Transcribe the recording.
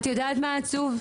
את יודעת מה עצוב?